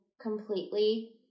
completely